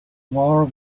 war